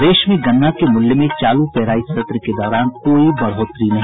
प्रदेश में गन्ना के मूल्य में चालू पेराई सत्र के दौरान कोई बढ़ोत्तरी नहीं